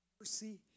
mercy